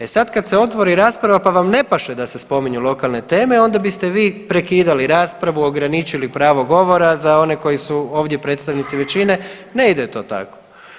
E sad se kad se otvori rasprava pa vam ne paše da se spominju lokalne teme onda biste vi prekidali raspravu, ograničili pravo govora za one koji su ovdje predstavnici većine, ne ide to tako.